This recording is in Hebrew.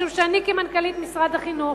משום שאני, כמנכ"לית משרד החינוך,